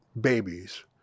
babies